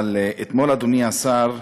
אבל אתמול, אדוני השר,